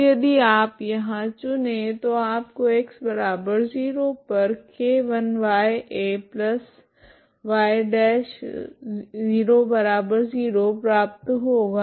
तो यदि आप यहाँ चुने तो आपको x0 पर k1yy0 प्राप्त होगा